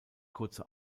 kurze